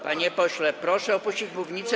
Panie pośle, proszę opuścić mównicę.